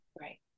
right